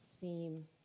seem